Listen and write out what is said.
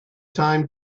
time